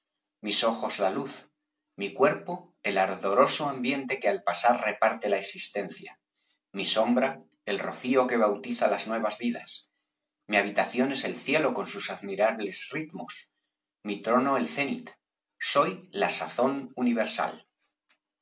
mis ojos la luz mi cuerpo el ardoroso ambiente que al pasar reparte la existencia mi sombra el rocío que bautiza las nuevas vidas mi habitación es el cielo con sus admirables ritmos mi trono el cénit soy la sazón universal